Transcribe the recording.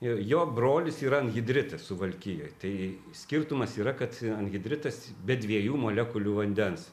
jo brolis yra anhidritas suvalkijoj tai skirtumas yra kad anhidritas be dviejų molekulių vandens